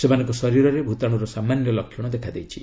ସେମାନଙ୍କ ଶରୀରରେ ଭୂତାଣୁର ସାମାନ୍ୟ ଲକ୍ଷଣ ଦେଖାଦେଇଛି